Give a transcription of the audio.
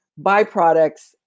byproducts